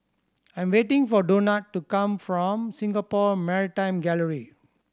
I am waiting for Donat to come from Singapore Maritime Gallery